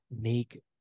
make